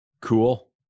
Cool